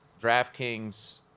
DraftKings